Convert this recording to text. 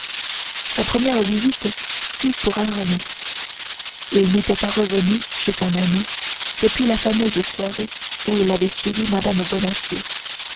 sa première visite fut pour aramis il n'était pas revenu chez son ami depuis la fameuse soirée où il avait suivi mme bonacieux